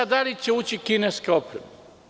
Da li će ući kineska oprema?